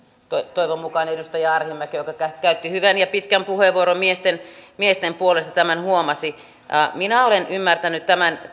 toivon mukaan edustaja arhinmäki joka joka käytti hyvän ja pitkän puheenvuoron miesten miesten puolesta tämän huomasi minä olen ymmärtänyt tämän